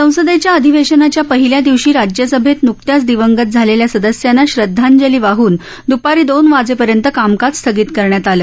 संसदेच्या अधिवेशनाच्या पहिल्या दिवशी राज्यसभेत नुकत्याच दिवंगत झालेल्या सदस्यांना श्रद्धांजली वाहन द्पारी दोन वाजेपर्यंत कामकाज स्थगित करण्यात आलं